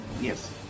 Yes